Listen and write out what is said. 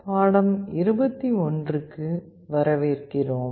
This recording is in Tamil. பாடம் 21 க்கு வரவேற்கிறோம்